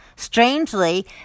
Strangely